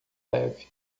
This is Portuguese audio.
leve